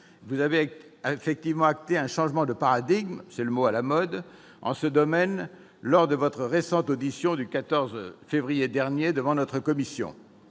Vous avez effectivement acté un changement de paradigme- c'est le mot à la mode -en ce domaine lors de votre récente audition du 14 février dernier devant notre commission.